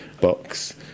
box